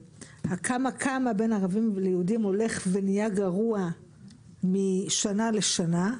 והכמה-כמה בין ערבים ליהודים הולך ונהיה גרוע משנה לשנה.